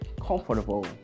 comfortable